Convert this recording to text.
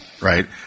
right